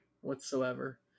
whatsoever